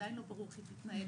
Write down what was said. שעדיין לא ברור איך היא תתנהל.